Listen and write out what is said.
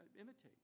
imitate